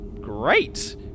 great